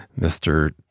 Mr